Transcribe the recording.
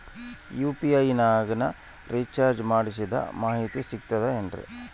UPI ನಾಗ ನಾ recharge ಮಾಡಿಸಿದ ಮಾಹಿತಿ ಸಿಕ್ತದೆ ಏನ್ರಿ?